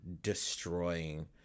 destroying